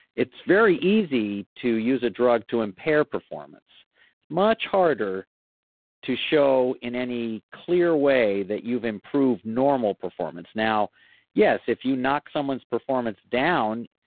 it's very easy to use a drug to impair performance. it's much harder to show in any clear way that you've improved normal performance now yes, if you knock someone's performance down,